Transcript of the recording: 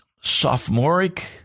sophomoric